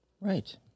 Right